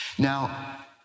Now